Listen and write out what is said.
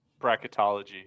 bracketology